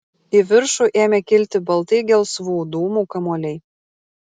į viršų ėmė kilti baltai gelsvų dūmų kamuoliai